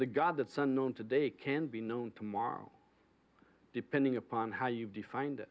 the god it's unknown today can be known tomorrow depending upon how you've defined